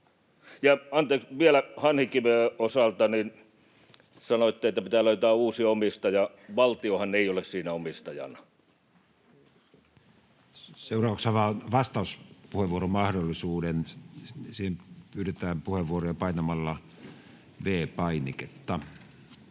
Ja vielä Hanhikiven osalta: Sanoitte, että pitää löytää uusi omistaja. Valtiohan ei ole siinä omistajana. Seuraavaksi avaan vastauspuheenvuoromahdollisuuden. Siinä pyydetään puheenvuoroja painamalla V-painiketta.